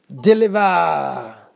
Deliver